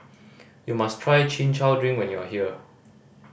you must try Chin Chow drink when you are here